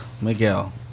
Miguel